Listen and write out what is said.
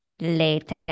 later